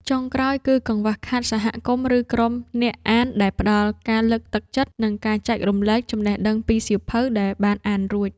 ចុងក្រោយ គឺកង្វះខាតសហគមន៍ ឬក្រុមអ្នកអានដែលផ្ដល់ការលើកទឹកចិត្ត និងការចែករំលែកចំណេះដឹងពីសៀវភៅដែលបានអានរួច។